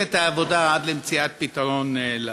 את העבודה עד למציאת פתרון לבעיה?